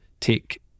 take